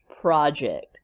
project